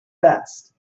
best